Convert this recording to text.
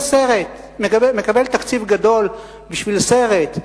תקציב גדול בשביל סרט,